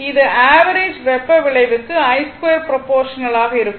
இது ஆவரேஜ் வெப்ப விளைவுக்கு I2 ப்ரோபோர்ஷனல் ஆக இருக்கும்